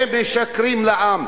ומשקרים לעם.